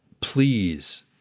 please